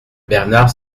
bernard